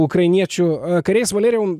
ukrainiečių kariais valerijau